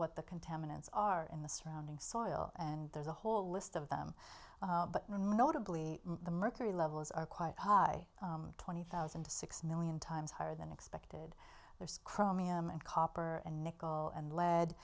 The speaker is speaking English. what the contaminants are in the surrounding soil and there's a whole list of them but notably the mercury levels are quite high twenty thousand to six million times higher than expected there's chromium and copper and nickel and le